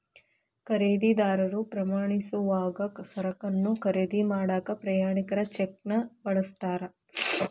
ಖರೇದಿದಾರರು ಪ್ರಯಾಣಿಸೋವಾಗ ಸರಕನ್ನ ಖರೇದಿ ಮಾಡಾಕ ಪ್ರಯಾಣಿಕರ ಚೆಕ್ನ ಬಳಸ್ತಾರ